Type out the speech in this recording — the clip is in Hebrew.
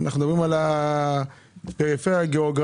אנחנו מדברים על הפריפריה הגיאוגרפית,